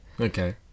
Okay